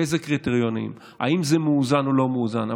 באיזה קריטריונים, אם זה מאוזן או לא מאוזן.